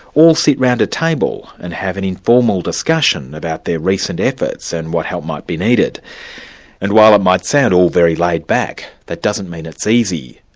all sit around a table, and have an informal discussion about their recent efforts and what help might be needed and while it might sound all very laid back, that doesn't mean it's easy.